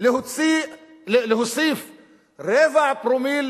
להוסיף רבע פרומיל